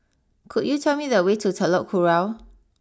could you tell me the way to Telok Kurau